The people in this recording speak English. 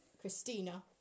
Christina